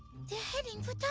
they're heading for